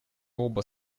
оба